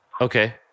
Okay